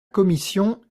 commission